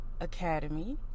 academy